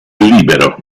libero